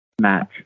match